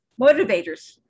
motivators